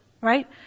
right